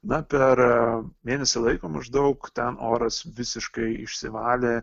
na per mėnesį laiko maždaug ten oras visiškai išsivalė